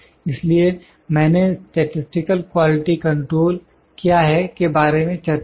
इसलिए मैंने statistical quality control क्या है के बारे में चर्चा की